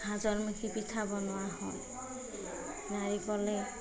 হাজলমুখি পিঠা বনোৱা হয় নাৰিকলে